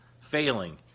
failing